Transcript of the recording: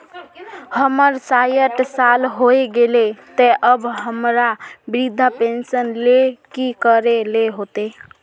हमर सायट साल होय गले ते अब हमरा वृद्धा पेंशन ले की करे ले होते?